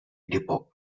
depot